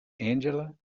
angela